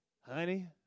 Honey